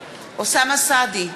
נגד אוסאמה סעדי,